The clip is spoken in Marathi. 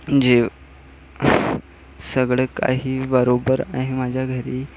जे सगळे काही बरोबर आहे माझ्या घरी